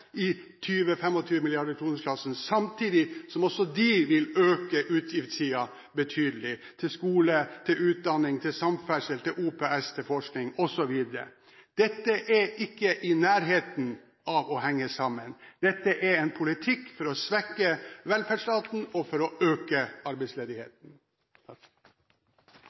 i 20–25 mrd. kronersklassen, samtidig som også de vil øke utgiftssiden betydelig til skole, utdanning, samferdsel, OPS, forskning osv. Dette er ikke i nærheten av å henge sammen. Dette er en politikk for å svekke velferdsstaten og for å øke arbeidsledigheten.